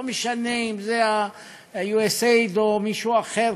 לא משנה אם זה ה-USAID, או מישהו אחר.